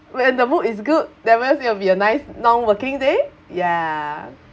when the mood is good that one's going to be a nice non-working day ya